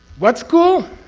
what school?